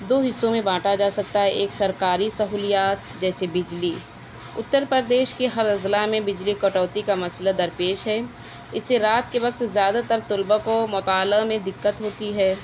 دو حصوں میں بانٹا جا سکتا ہے ایک سرکاری سہولیات جیسے بجلی اتر پردیش کے ہر اضلاع میں بجلی کٹوتی کا مسئلہ درپیش ہے اسے رات کے وقت زیادہ تر طلبہ کو مطالعہ میں دقت ہوتی ہے